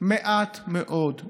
מעט מאוד.